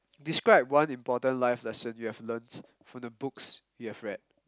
describe one important life lesson you have learned from the books you have read